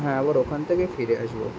হ্যাঁ আবার ওখান থেকে ফিরে আসবো